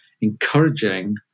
encouraging